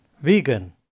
vegan